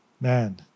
man